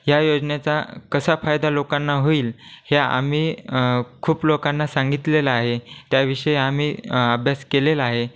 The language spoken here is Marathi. या योजनेचा कसा फायदा लोकांना होईल हे आम्ही खूप लोकांना सांगितलेलं आहे त्याविषयी आम्ही अभ्यास केलेला आहे